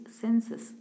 senses